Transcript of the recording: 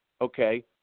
okay